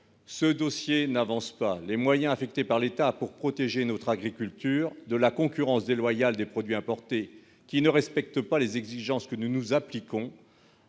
Ce dossier n'avance pas. Les moyens affectés par l'État pour protéger notre agriculture de la concurrence déloyale des produits importés qui ne sont pas conformes aux exigences que, à raison, nous nous appliquons